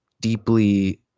deeply